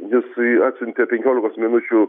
jisai atsiuntė penkiolikos minučių